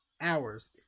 hours